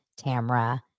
Tamra